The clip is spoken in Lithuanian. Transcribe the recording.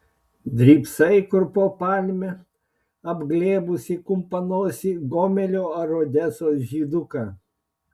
drybsai kur po palme apglėbusi kumpanosį gomelio ar odesos žyduką